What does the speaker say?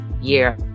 year